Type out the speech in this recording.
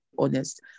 honest